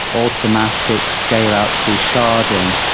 automatic scale out through sharding,